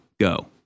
go